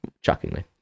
shockingly